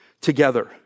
together